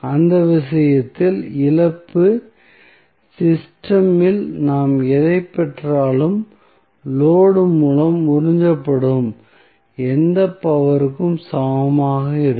அந்த விஷயத்தில் இழப்பு சிஸ்டம் இல் நாம் எதைப் பெற்றாலும் லோடு மூலம் உறிஞ்சப்படும் எந்த பவர் க்கும் சமமாக இருக்கும்